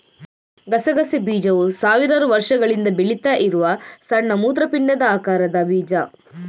ಗಸಗಸೆ ಬೀಜವು ಸಾವಿರಾರು ವರ್ಷಗಳಿಂದ ಬೆಳೀತಾ ಇರುವ ಸಣ್ಣ ಮೂತ್ರಪಿಂಡದ ಆಕಾರದ ಬೀಜ